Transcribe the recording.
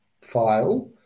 file